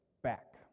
back